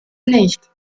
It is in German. nicht